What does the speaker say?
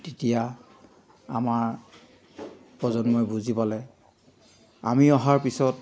তেতিয়া আমাৰ প্ৰজন্মই বুজি পালে আমি অহাৰ পিছত